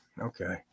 Okay